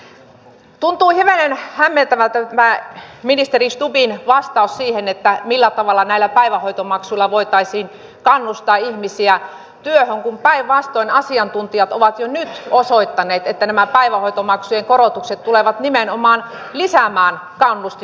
tuntuu hivenen hämmentävältä tämä ministeri stubbin vastaus siihen millä tavalla näillä päivähoitomaksuilla voitaisiin kannustaa ihmisiä työhön kun päinvastoin asiantuntijat ovat jo nyt osoittaneet että nämä päivähoitomaksujen korotukset tulevat nimenomaan lisäämään kannustinloukkuja